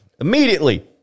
immediately